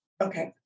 okay